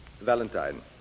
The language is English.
Valentine